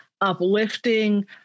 uplifting